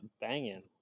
banging